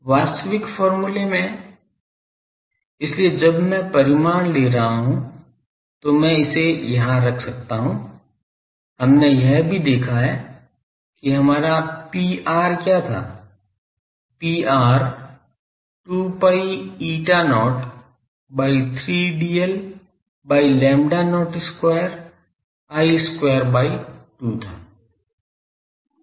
वास्तविक फॉर्मूले में इसलिए जब मैं परिमाण ले रहा हूं तो मैं इसे वहां रख सकता हूं हमने यह भी देखा है कि हमारा Pr क्या था Pr 2 pi eta not by 3 dl by lambda not square I square by 2 था